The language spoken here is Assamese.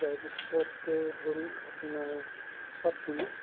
তাৰপিছতে হ'ল আপোনাৰ সতগুৰু